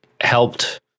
helped